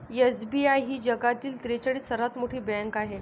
SBI ही जगातील त्रेचाळीस सर्वात मोठी बँक आहे